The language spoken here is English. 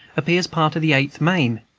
appears part of the eighth maine.